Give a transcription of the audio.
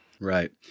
Right